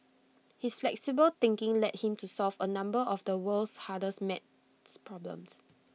his flexible thinking led him to solve A number of the world's hardest math problems